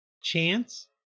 chance